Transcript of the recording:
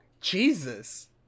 Jesus